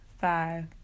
five